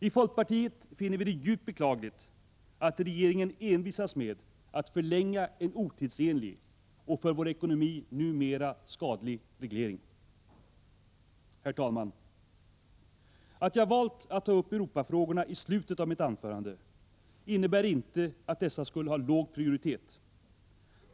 I folkpartiet finner vi det djupt beklagligt att regeringen envisas med att förlänga en otidsenlig och för vår ekonomi numera skadlig reglering. Herr talman! Att jag valt att ta upp Europa-frågorna i slutet av mitt anförande innebär inte att dessa skulle ha låg prioritet.